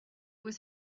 was